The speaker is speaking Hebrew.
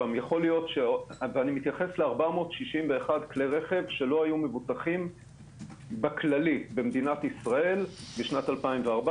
אני מתייחס ל-461 כלי רכב שלא היו מבוטחים בכללי במדינת ישראל ב-2014,